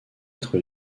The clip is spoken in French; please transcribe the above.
être